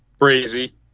crazy